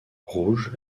rouge